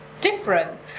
different